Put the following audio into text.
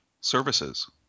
services